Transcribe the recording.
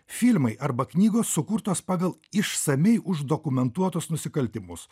filmai arba knygos sukurtos pagal išsamiai uždokumentuotus nusikaltimus